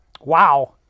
Wow